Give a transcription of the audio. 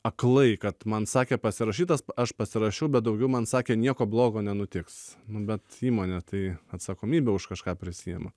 aklai kad man sakė pasirašyt tas aš pasirašiau bet daugiau man sakė nieko blogo nenutiks nu bet įmonė tai atsakomybę už kažką prisiima